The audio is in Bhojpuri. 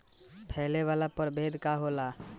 फैले वाला प्रभेद का होला?